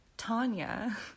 Tanya